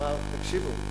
אמר: תקשיבו,